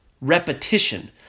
Repetition